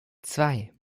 zwei